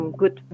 good